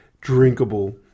drinkable